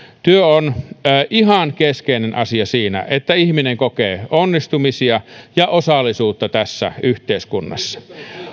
työ on ihan keskeinen asia siinä että ihminen kokee onnistumisia ja osallisuutta tässä yhteiskunnassa